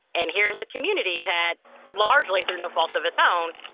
and here is a community that largely, through no fault of its own,